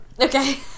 Okay